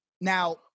Now